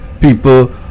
people